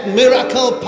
miracle